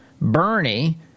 Bernie